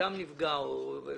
ביתם של אנשים נפגע, אנשים